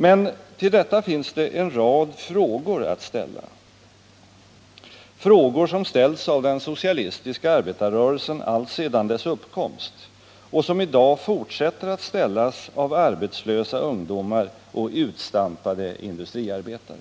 Men till detta finns det en rad frågor att ställa, frågor som ställts av den socialistiska arbetarrörelsen alltsedan dess uppkomst och som i dag fortsätter att ställas av arbetslösa ungdomar och utstampade industriarbetare: